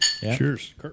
Cheers